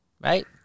right